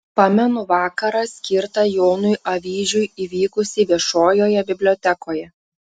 pamenu vakarą skirtą jonui avyžiui įvykusį viešojoje bibliotekoje